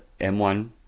M1